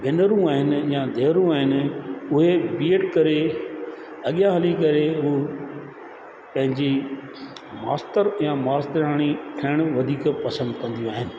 भेनरूं आहिनि या धीअरूं आहिनि उहे बीएड करे अॻियां हली करे हू पंहिंजी मास्तर या मास्तरियाणी ठहणु वधीक पसंदि कंदियूं आहिनि